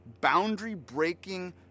boundary-breaking